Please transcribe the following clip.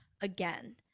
again